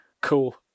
cool